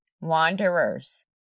wanderers